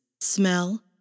smell